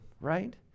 right